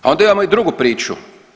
A onda imamo i drugu priču.